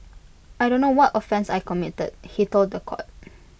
I don't know what offence I committed he told The Court